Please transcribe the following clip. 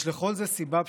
יש לכל זה סיבה פשוטה: